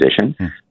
position